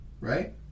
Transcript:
right